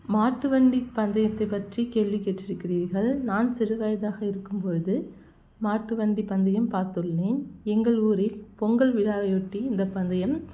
மாட்டு வண்டி பந்தயத்தைப் பற்றி கேள்வி கேட்டு இருக்கிறீர்கள் நான் சிறுவயதாக இருக்கும் பொழுது மாட்டு வண்டி பந்தயம் பார்த்துள்ளேன் எங்கள் ஊரில் பொங்கல் விழாவை ஒட்டி இந்தப் பந்தயம்